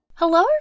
Hello